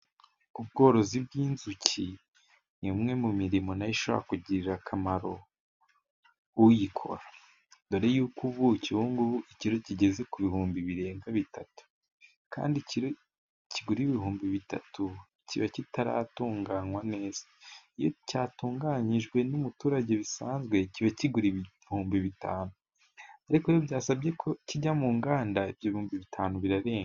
Ubworozi bw'inzuki ni imwe mu mirimo nayo ishobora kugirira akamaro uyikora dore yuko ubuki ubungubu ikiro kigeze ku bihumbi birenga bitatu kandi kigura ibihumbi bitatu kiba kitaratunganywa neza iyo cyatunganyijwe n'umuturage bisanzwe kiba kigura ibihumbi bitanu ariko iyo byasabye ko kijya mu nganda ibyo bihumbi bitanu birarenga